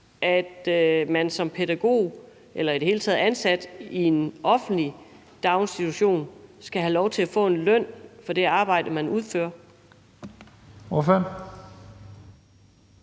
at man som pædagog eller i det hele taget ansat i en offentlig daginstitution skal have lov til at få en løn for det arbejde, man udfører.